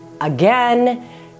again